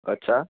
અચ્છા